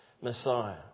Messiah